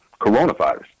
coronavirus